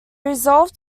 resolved